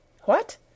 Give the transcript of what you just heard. What